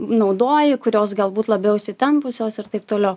naudoji kurios galbūt labiau įsitempusios ir taip toliau